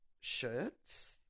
shirts